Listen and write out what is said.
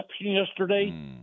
yesterday